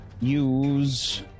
use